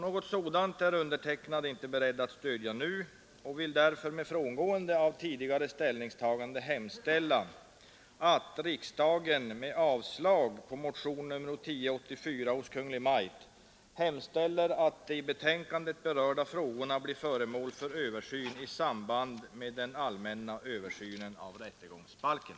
Något sådant är jag inte nu beredd att stödja, och jag yrkar därför, med frångående av tidigare ställningstagande, att riksdagen med avslag på motionen 1973:1084 hos Kungl. Maj:t hemställer att de i betänkandet berörda frågorna blir föremål för översyn i samband med den allmänna översynen av rättegångsbalken.